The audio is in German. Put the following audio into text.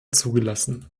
zugelassen